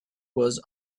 was